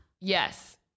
Yes